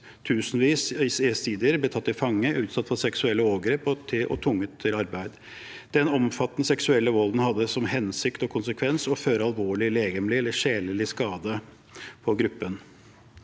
Tusenvis av jesidier ble tatt til fange, utsatt for seksuelle overgrep og tvunget til arbeid. Den omfattende seksuelle volden hadde til hensikt og konsekvens å påføre alvorlig legemlig og sjelelig skade på gruppen.